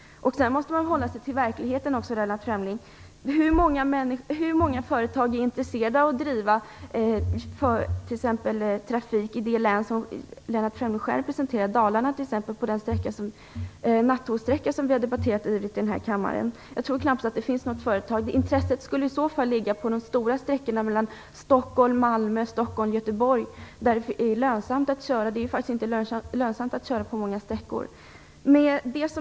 Man måste hålla sig till verkligheten, Lennart Fremling. Hur många företag är intresserade av att driva trafik t.ex. i det län som Lennart Fremling själv representerar, dvs. Dalarna, på den nattågssträcka som vi har debatterat ivrigt i denna kammare? Jag tror knappt att det finns något företag som vill göra det. Intresset skulle i så fall gälla de stora sträckorna mellan Stockholm och Malmö och Stockholm och Göteborg, där det är lönsamt att köra. Det är faktiskt inte lönsamt att köra på många sträckor.